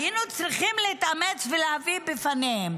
היינו צריכים להתאמץ ולהביא בפניהם